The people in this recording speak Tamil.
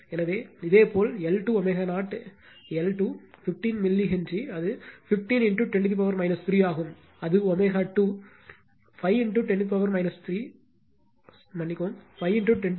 எனவே இதேபோல் L2 ω0 எல் 2 15 மில்லி ஹென்றி அது15 10 3 ஆகும் அது ω2